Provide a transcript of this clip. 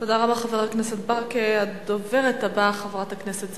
תודה רבה, חבר הכנסת ברכה.